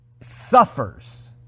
suffers